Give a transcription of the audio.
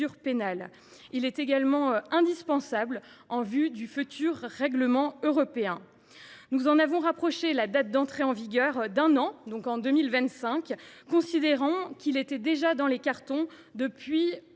pénale. Il est indispensable en vue du futur règlement européen. Nous en avons rapproché la date d’entrée en vigueur d’un an – en 2025 –, considérant qu’il était déjà dans les cartons depuis